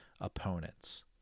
opponents